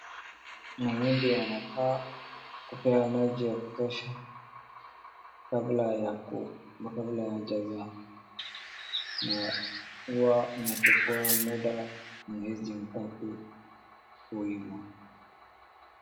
Mahindi yanafaa kupewa maji ya kutosha kabla hayajazaa. Na huwa unachukua muda mwezi mtatu kuiva.